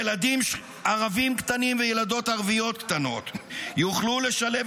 ילדים ערבים קטנים וילדות ערביות קטנות יוכלו לשלב